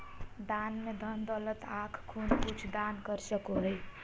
दान में धन दौलत आँख खून कुछु दान कर सको हइ